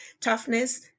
toughness